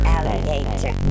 Alligator